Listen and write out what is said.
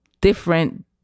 different